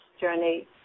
Journey